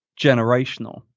generational